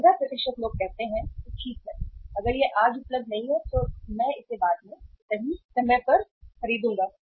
15 लोग कहते हैं कि ठीक है अगर यह आज उपलब्ध नहीं है तो मैं इसे बाद में सही पर खरीदूंगा